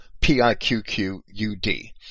P-I-Q-Q-U-D